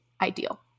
ideal